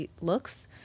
looks